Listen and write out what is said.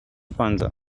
panza